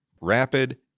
Rapid